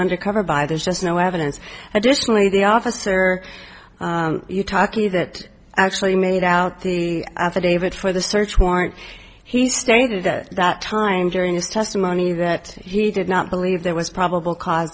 undercover buy there's just no evidence additionally the officer you're talking to that actually made out the affidavit for the search warrant he stated at that time during his testimony that he did not believe there was probable cause